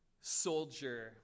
soldier